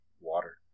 water